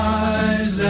eyes